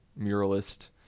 muralist